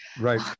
Right